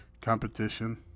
competition